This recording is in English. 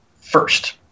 first